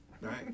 Right